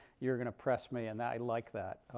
you're going to press me. and that i like that.